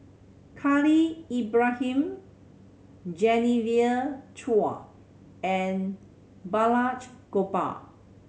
Khalil Ibrahim Genevieve Chua and Balraj Gopal